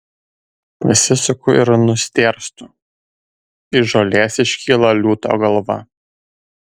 pasisuku ir nustėrstu iš žolės iškyla liūto galva